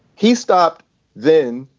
he stopped then.